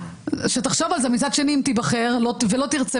מצד שני אם תיבחר ולא תרצה,